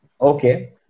Okay